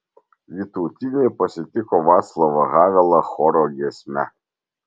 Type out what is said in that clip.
vytautinė pasitiko vaclavą havelą choro giesme